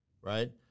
right